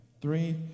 Three